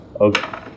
Okay